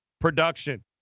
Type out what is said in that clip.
production